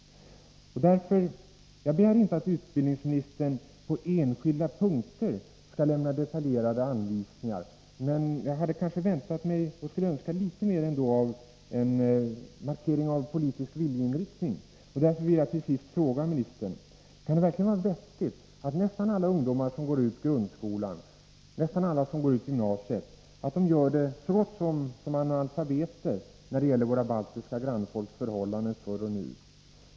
Jag begär inte att skolministern på ”enskilda punkter” skall lämna ”detaljerade anvisningar”, men jag hade kanske väntat mig, och önskar nu, en markering av en politisk viljeinriktning. Därför vill jag fråga skolministern: Kan det verkligen vara vettigt att så gott som alla ungdomar som går ut grundskolan — och de flesta som lämnar gymnasiet — nästan är analfabeter när det gäller våra baltiska grannfolks förhållanden förr och nu?